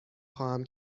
خواهم